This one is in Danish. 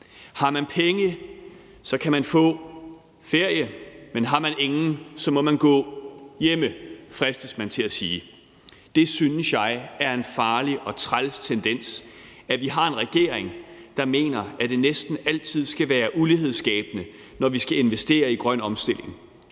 Har man penge, kan man få ferie, men har man ingen, så må man gå hjemme, fristes man til at sige. Det synes jeg er en farlig og træls tendens, nemlig at vi har en regering, der mener, at det næsten altid skal være ulighedsskabende, når vi skal investere i grøn omstilling.